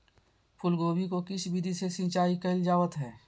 फूलगोभी को किस विधि से सिंचाई कईल जावत हैं?